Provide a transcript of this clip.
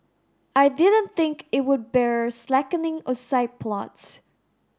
I didn't think it would bear slackening or side plots